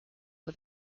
for